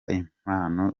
impano